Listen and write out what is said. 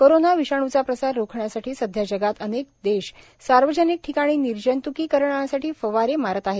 corona विषाणूचा प्रसार रोखण्यासाठी सध्या जगात अनेक देश सार्वजनिक ठिकाणी निर्जंत्कीकरणासाठी फवारे मारत आहेत